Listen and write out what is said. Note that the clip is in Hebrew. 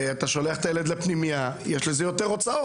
אתה שולח את הילד לפנימייה אז יש יותר הוצאות,